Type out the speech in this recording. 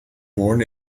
born